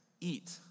eat